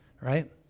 right